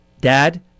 Dad